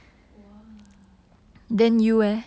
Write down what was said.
!wah! dead